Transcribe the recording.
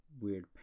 weird